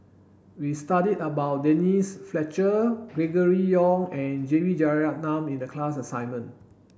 we studied about Denise Fletcher Gregory Yong and J B Jeyaretnam in the class assignment